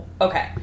okay